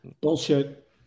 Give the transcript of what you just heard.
Bullshit